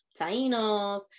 Tainos